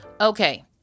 Okay